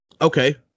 Okay